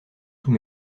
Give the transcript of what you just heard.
tous